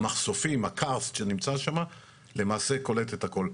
המחשופים, הקרסט שנמצא שם למעשה קולט את הכל.